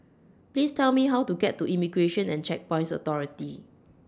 Please Tell Me How to get to Immigration and Checkpoints Authority